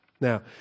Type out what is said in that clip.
Now